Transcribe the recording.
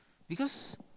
because